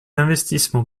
investissement